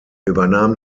übernahm